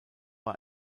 war